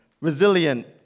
resilient